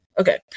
okay